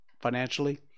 financially